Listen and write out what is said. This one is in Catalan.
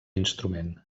instrument